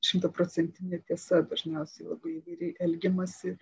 šimtaprocentinė tiesa dažniausiai labai įvairiai elgiamasi